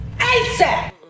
ASAP